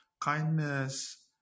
Kindness